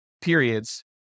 periods